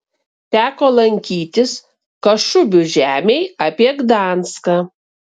teko lankytis kašubių žemėj apie gdanską